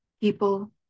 people